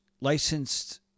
licensed